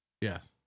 yes